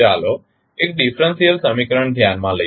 ચાલો એક ડીફરન્સીયલ સમીકરણ ધ્યાનમાં લઈએ